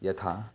यथा